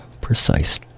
precise